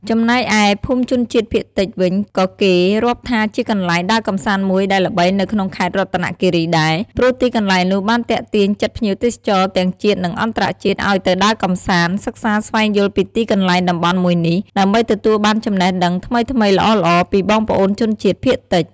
ចំណែកឯ ភូមិជនជាតិភាគតិចវិញក៏គេរាប់ថាជាកន្លែងដើរកម្សាន្តមួយដែលល្បីនៅក្នុងខេត្តរតនគីរីដែរ ព្រោះទីកន្លែងនោះបានទាក់ទាញចិត្តភ្ញៀវទេសចរទាំងជាតិនិងអន្តរជាតិឲ្យទៅដើរកម្សាន្ត សិក្សាស្វែងយល់ពីទីកន្លែងតំបន់មួយនេះ ដើម្បីទទួលលបានចំណេះដឹងថ្មីៗល្អៗពីបងប្អូនជនជាតិភាគតិច។